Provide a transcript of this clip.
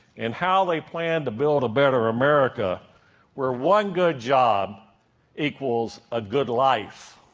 and how they plan to build a better america where one good job equals a good life.